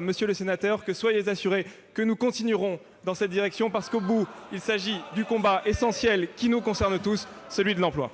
Monsieur le sénateur, soyez assuré que nous continuerons dans cette direction, ... Nous voilà rassurés !... parce que, au bout, il s'agit du combat essentiel qui nous concerne tous : celui de l'emploi.